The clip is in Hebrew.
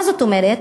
מה זאת אומרת?